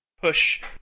push